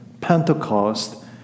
Pentecost